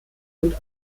und